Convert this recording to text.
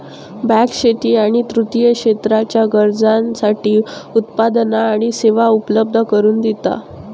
bank शेती आणि तृतीय क्षेत्राच्या गरजांसाठी उत्पादना आणि सेवा उपलब्ध करून दिता